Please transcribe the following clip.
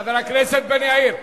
חבר הכנסת בן-ארי,